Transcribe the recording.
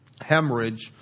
hemorrhage